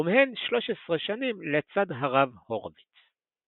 ומהן 13 שנים לצד הרב הורביץ.